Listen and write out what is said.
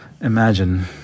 Imagine